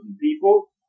people